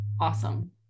awesome